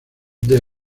del